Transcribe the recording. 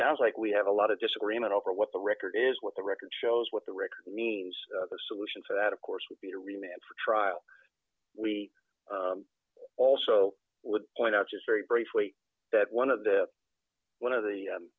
sounds like we have a lot of disagreement over what the record is what the record shows what the record means the solution for that of course would be to remand for trial we also would point out just very briefly that one of the one of the